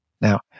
Now